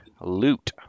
Loot